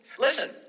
Listen